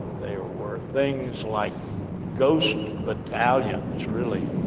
there were things like ghost battalions, really,